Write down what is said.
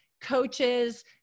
coaches